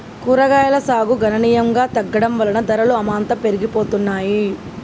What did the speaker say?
కూరగాయలు సాగు గణనీయంగా తగ్గడం వలన ధరలు అమాంతం పెరిగిపోతున్నాయి